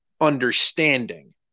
understanding